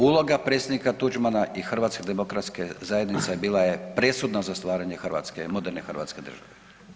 Uloga predsjednika Tuđmana i HDZ-a bila je presudna za stvaranje Hrvatske, moderne hrvatske države.